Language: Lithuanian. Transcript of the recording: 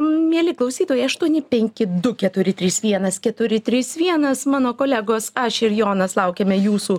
mieli klausytojai aštuoni penki du keturi trys vienas keturi trys vienas mano kolegos aš ir jonas laukiame jūsų